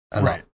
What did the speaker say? Right